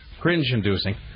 Cringe-inducing